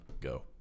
Go